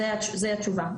זאת התשובה,